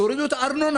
תורידו את הארנונה,